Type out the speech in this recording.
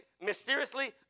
mysteriously